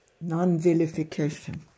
Non-vilification